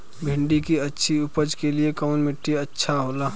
भिंडी की अच्छी उपज के लिए कवन मिट्टी अच्छा होला?